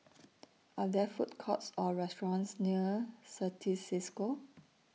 Are There Food Courts Or restaurants near Certis CISCO